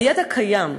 הידע קיים.